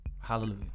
Hallelujah